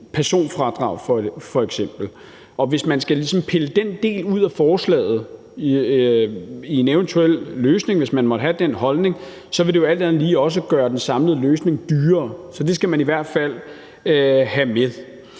eventuelt løsning ligesom skal pille den del ud af forslaget, hvis man måtte have den holdning, vil det jo alt andet lige også gøre den samlede løsning dyrere, så det skal man i hvert fald have med.